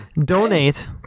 donate